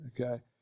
Okay